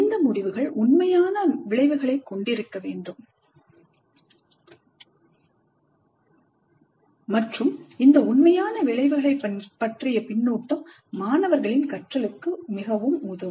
இந்த முடிவுகள் உண்மையான விளைவுகளை கொண்டிருக்க வேண்டும் மற்றும் இந்த உண்மையான விளைவுகளைப் பற்றிய பின்னூட்டம் மாணவர்களின் கற்றலுக்கு உதவும்